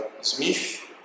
Smith